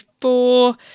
four